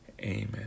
Amen